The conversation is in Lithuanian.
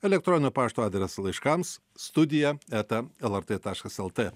elektroninio pašto adresą laiškams studija eta lrt taškas lt